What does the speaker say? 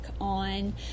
on